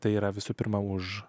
tai yra visų pirma už